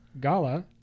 Gala